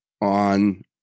on